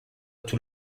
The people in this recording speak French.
tout